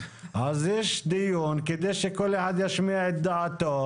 אז יש דיון כדי שכל אחד ישמיע את דעתו.